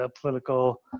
political